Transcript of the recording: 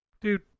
dude